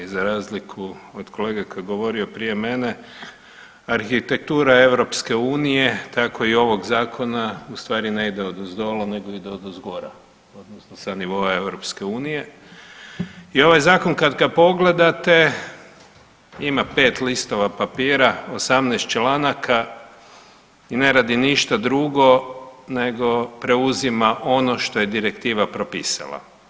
Za razliku od kolege koji je govorio prije mene arhitektura EU tako i ovog zakona ustvari ne ide odozdola nego ide odozgora, sa nivoa EU i ovaj zakon kad ga pogledate ima 5 listova papira, 18 članaka i ne radi ništa drugo nego preuzima ono što je direktiva propisala.